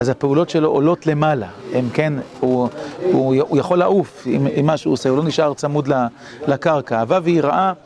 אז הפעולות שלו עולות למעלה, הוא יכול לעוף עם מה שהוא עושה, הוא לא נשאר צמוד לקרקע. אבבי ראה...